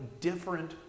different